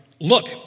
Look